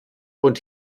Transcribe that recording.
und